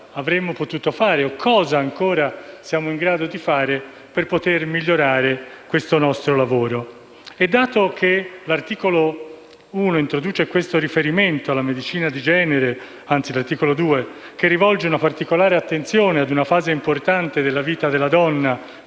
avremmo potuto fare e cosa ancora siamo in grado di fare per poter migliorare questo nostro lavoro. Dato che l'articolo 2 introduce il riferimento alla medicina di genere, che rivolge una particolare attenzione ad una fase importante della vita della donna